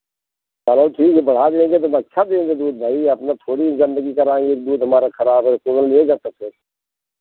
चलो ठीक है बढ़ा लेंगे तब अच्छा देंगे दूध भाई अपना थोड़ी गंदगी करवाएँगे दूध हमारा खराब है कौनो लेगा तो फिर